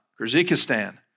Kazakhstan